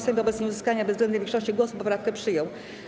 Sejm wobec nieuzyskania bezwzględnej większości głosów poprawkę przyjął.